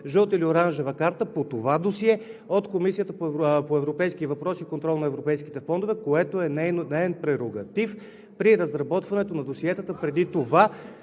жълта или оранжева карта, по това досие от Комисията по европейски въпроси и контрол на европейските фондове, което е неин прерогатив при разработването на досиетата преди това?